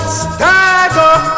stagger